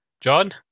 John